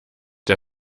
der